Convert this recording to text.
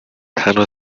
تنها